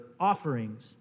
offerings